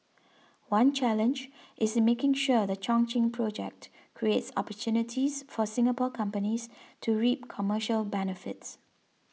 one challenge is in making sure the Chongqing project creates opportunities for Singapore companies to reap commercial benefits